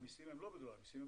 אבל המסים לא בדולרים, המסים הם